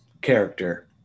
character